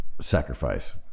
sacrifice